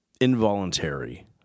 involuntary